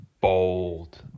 bold